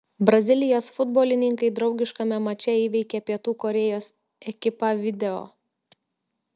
brazilijos futbolininkai draugiškame mače įveikė pietų korėjos ekipą video